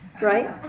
right